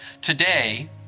Today